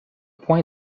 point